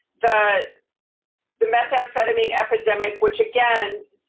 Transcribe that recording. the the methamphetamine epidemic, which again